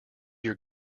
your